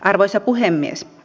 arvoisa puhemies